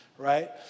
right